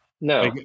No